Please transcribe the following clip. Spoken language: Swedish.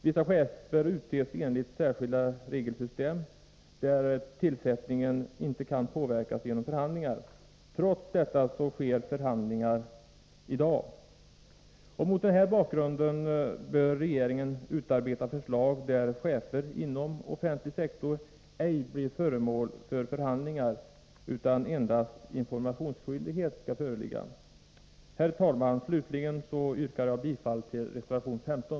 Vissa chefer utses enligt särskilda regelsystem, där tillsättningen inte kan påverkas genom förhand 169 lingar. Trots detta sker i dag förhandlingar. Mot denna bakgrund bör regeringen utarbeta förslag som innebär att chefer inom offentlig sektor ej blir föremål för förhandlingar, utan endast informationsskyldighet skall föreligga. Herr talman! Slutligen yrkar jag bifall till reservation 15.